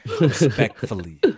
respectfully